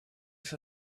for